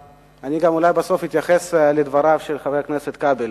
אולי בסוף אני גם אתייחס לדבריו של חבר הכנסת כבל.